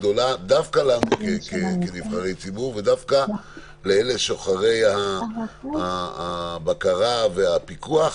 דווקא לנו כנבחרי ציבור ושוחרי הבקרה והפיקוח.